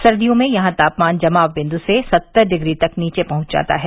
सर्दियों में यहां तापमान जमाव बिन्दु से सत्तर डिग्री तक नीचे पहुंच जाता है